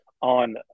on